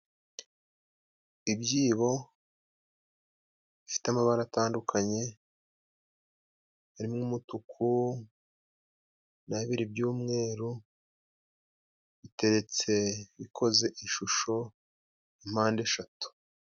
Ibyibo bifite amabara atandukanye harimo umutuku na bibiri by'umweru biteretse bikoze ishusho ya mpandeshatu.